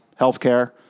healthcare